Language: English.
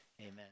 Amen